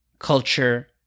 culture